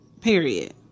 Period